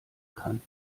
kann